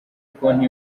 konti